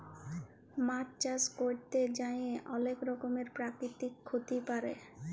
মাছ চাষ ক্যরতে যাঁয়ে অলেক রকমের পেরাকিতিক ক্ষতি পারে